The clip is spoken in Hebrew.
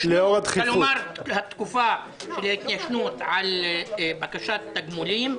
התקופה של ההתיישנות על בקשת תגמולים,